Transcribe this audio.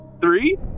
Three